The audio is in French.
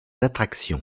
attractions